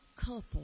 couple